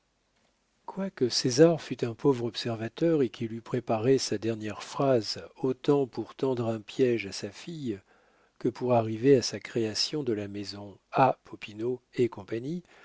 quoique césar fût un pauvre observateur et qu'il eût préparé sa dernière phrase autant pour tendre un piége à sa fille que pour arriver à sa création de la maison a popinot et